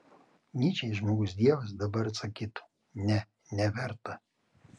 nyčei žmogus dievas dabar atsakytų ne neverta